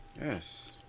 Yes